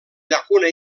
llacuna